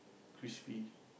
crispy